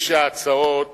שההצעות